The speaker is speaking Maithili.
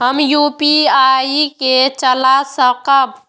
हम यू.पी.आई के चला सकब?